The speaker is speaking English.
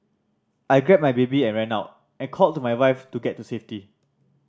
I grabbed my baby and ran out and called to my wife to get to safety